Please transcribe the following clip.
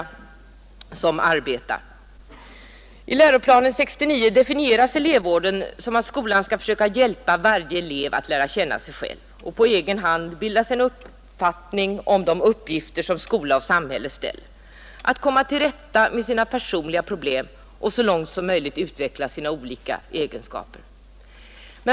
I läroplanen för grundskolan, Lgr 69, definieras elevvård så att skolan skall söka hjälpa varje elev att lära känna sig själv, att på egen hand bilda sig en uppfattning om de uppgifter som skola och samhälle ställer, att komma till rätta med personliga problem och att så långt som möjligt utveckla sina olika egenskaper.